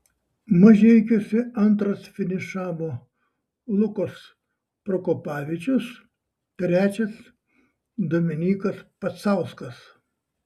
mažeikiuose antras finišavo lukas prokopavičius trečias dominykas pacauskas